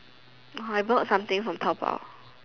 oh I bought something from Taobao